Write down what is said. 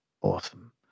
awesome